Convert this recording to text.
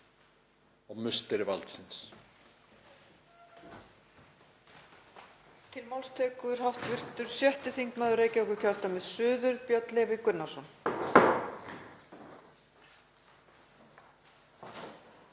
í musteri valdsins.